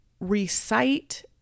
recite